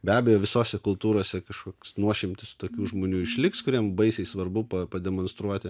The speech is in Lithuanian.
be abejo visose kultūrose kažkoks nuošimtis tokių žmonių išliks kuriem baisiai svarbu pa pademonstruoti